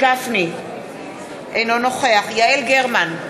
אינו נוכח יעל גרמן,